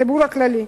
הציבור הכללי.